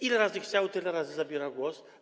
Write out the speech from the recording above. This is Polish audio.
Ile razy chciał, tyle razy zabierał głos.